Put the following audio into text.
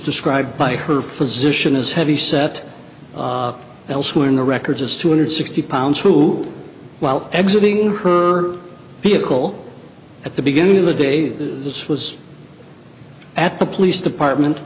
described by her physician as heavy set elsewhere in the records as two hundred sixty pounds who while exiting her vehicle at the beginning of the day that this was at the police department